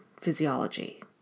physiology